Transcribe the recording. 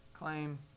claim